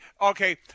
okay